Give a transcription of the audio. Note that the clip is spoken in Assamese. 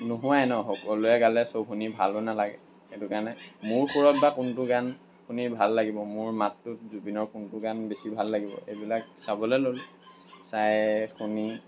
নোশুৱাই ন' সকলোৱে গালে সব শুনি ভালো নালাগে সেইটো কাৰণে মোৰ সুৰত বা কোনটো গান শুনি ভাল লাগিব মোৰ মাতটোত জুবিনৰ কোনটো গান বেছি ভাল লাগিব এইবিলাক চাবলৈ ল'লোঁ চাই শুনি